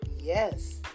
Yes